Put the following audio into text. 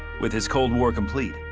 with his cold war complete,